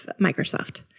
Microsoft